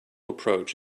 approach